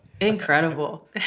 Incredible